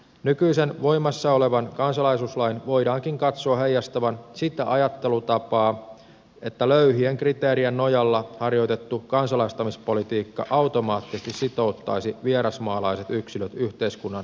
nykyisen voimassa olevan kansalaisuuslain voidaankin katsoa heijastavan sitä ajattelutapaa että löyhien kriteerien nojalla harjoitettu kansalaistamispolitiikka automaattisesti sitouttaisi vierasmaalaiset yksilöt yhteiskunnan valtavirtaan